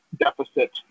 deficit